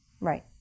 Right